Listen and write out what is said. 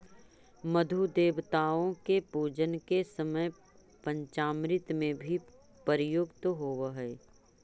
मधु देवताओं के पूजन के समय पंचामृत में भी प्रयुक्त होवअ हई